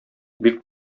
бик